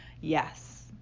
yes